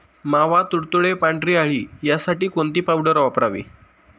मावा, तुडतुडे, पांढरी अळी यासाठी कोणती पावडर वापरावी?